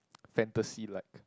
fantasy like